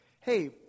Hey